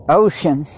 ocean